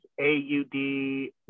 A-U-D